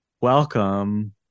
welcome